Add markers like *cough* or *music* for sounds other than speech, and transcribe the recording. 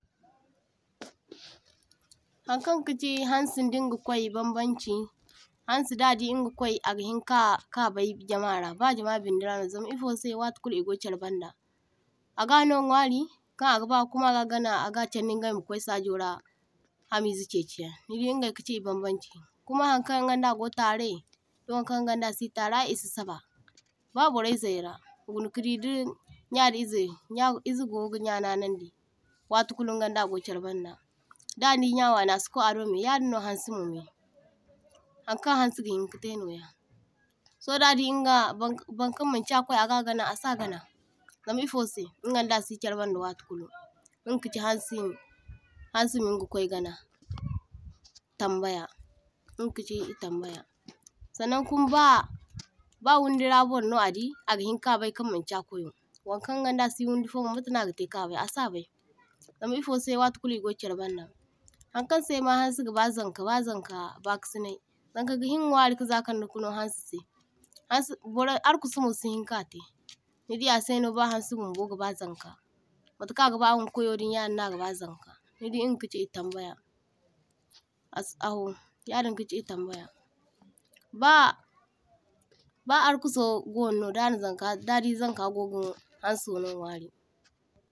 *noise* toh-toh Hankan kachi hansin din ga kwai bambaŋ chi, hansi da di’inga kwai aga hin ka kabai jamara ba jama bindi rano, zama ifosai watukulu igo charbanda. Agano nwari kan agaba kuma aga gana aga chandi ingai makwai sajora hamizey cheychiyan, nidi ingai kachi I bambaŋ chi, kuma hankan inganda go tarey doŋ kan inganda sitarey ay isi saba, ba boray zayrah guna kadi di nya da izey nya izey go ga nya nanandi watukulu ingan da go charbanda. Da di nya wani asikway a’do yadinno hansi mo hankan hansi gahinkatey noya so dadi inga barkam manchi akwai a’sa gana zama ifosey, inganda see charbanda watukulu inga chachi hansi hansi minga kway gana tambaya inga chachi I’tambaya, sannaŋ kuma ba ba wundira barno adi agahinka bay kan manchi a kwayno wankan inganda si wundi fomoh matano agatay kabay, asabay zama ifosey watukulu ego charbanda. Hankan sey ayma hansi gaba zanka ba zanka bakasinay, zanka gahin nwari zaka kano hansi sey hansi hansi boray harkusumo sihin katay, nidi a’sayno ba hansi mo goga ba zanka matakaŋ agaba ingakwayo yadinno agaba zanka nidi inga kachi ingay tambaya ass ahoo yadin kachi itambaya ba ba harkuso gonano dana zanka dadi zanka gogano hanso no nwari.